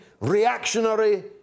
reactionary